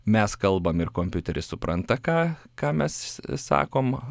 mes kalbam ir kompiuteris supranta ką ką mes sakom